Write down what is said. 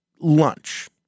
lunch